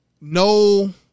no